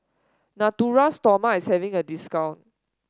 Natura Stoma is having a discount